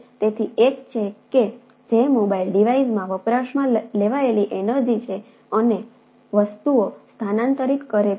તેથી એક એ છે કે જે મોબાઇલ ડિવાઇસમાં વપરાશમાં લેવાયેલી એનર્જિ છે અને વસ્તુઓ સ્થાનાંતરિત કરે છે